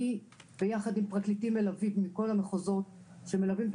אני ביחד עם פרקליטים מלווים מכל המחוזות שמלווים את